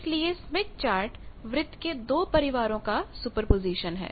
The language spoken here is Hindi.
इसलिए स्मिथ चार्ट वृत्त के दो परिवारों का सुपरपोज़िशन है